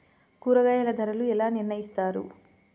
కూరగాయల ధరలు ఎలా నిర్ణయిస్తారు?